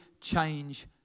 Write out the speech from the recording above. change